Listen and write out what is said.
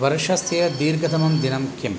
वर्षस्य दीर्घतमं दिनं किम्